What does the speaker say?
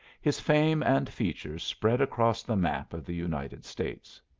his fame and features spread across the map of the united states.